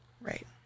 right